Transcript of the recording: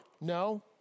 No